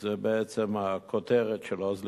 וזו, בעצם, הכותרת של "עוז לתמורה".